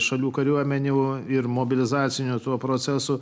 šalių kariuomenių ir mobilizacinio tuo procesu